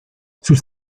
sus